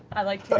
i like